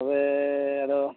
ᱛᱚᱵᱮ ᱟᱫᱚ